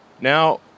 Now